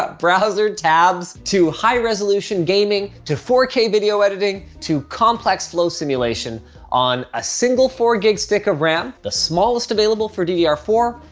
but browser tabs, to high resolution gaming, to four k video editing, to complex flow simulation on a single four-gig stick of ram, the smallest available for d d r four,